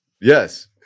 yes